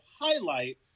highlight